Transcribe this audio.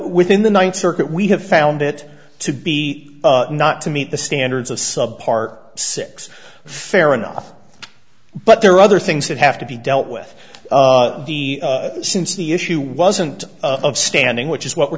within the ninth circuit we have found it to be not to meet the standards of sub par six fair enough but there are other things that have to be dealt with since the issue wasn't of standing which is what we're